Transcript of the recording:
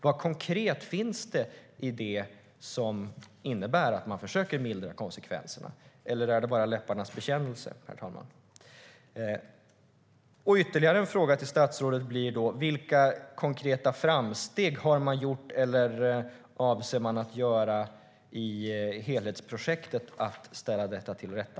Vad konkret finns det i detta som innebär att man försöker mildra konsekvenserna? Eller är det bara läpparnas bekännelse, herr talman? Ytterligare en fråga till statsrådet blir därför: Vilka konkreta framsteg har man gjort eller avser man att göra i helhetsprojektet att ställa detta till rätta?